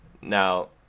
Now